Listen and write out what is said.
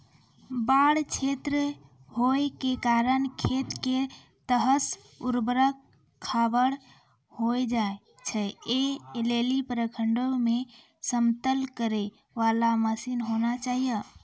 बाढ़ क्षेत्र होय के कारण खेत के सतह ऊबड़ खाबड़ होय जाए छैय, ऐ लेली प्रखंडों मे समतल करे वाला मसीन होना चाहिए?